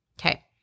Okay